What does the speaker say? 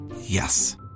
Yes